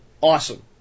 Awesome